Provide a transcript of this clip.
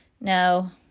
No